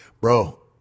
bro